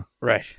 right